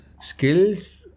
Skills